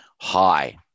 high